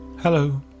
Hello